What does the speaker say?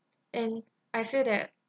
and I feel that